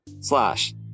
slash